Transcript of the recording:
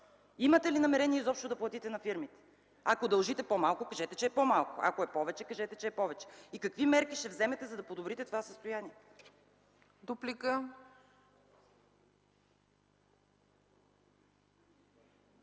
Имате ли намерение изобщо да платите на фирмите? Ако дължите по-малко – кажете, че е по-малко, ако е повече – кажете, че е повече. Какви мерки ще вземете, за да подобрите това състояние?